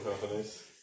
companies